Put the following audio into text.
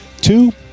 Two